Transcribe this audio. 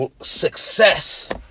success